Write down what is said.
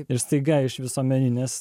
ir staiga iš visuomeninės